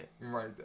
right